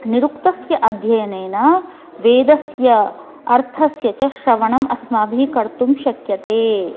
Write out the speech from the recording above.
निरुक्तस्य अध्ययनेन वेदस्य अर्थस्य च श्रवणम् अस्माभिः कर्तुं शक्यते